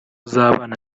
z’abana